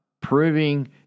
proving